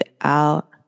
out